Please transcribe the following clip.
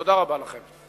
תודה רבה לכם.